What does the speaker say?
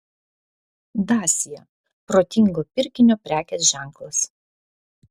dacia protingo pirkinio prekės ženklas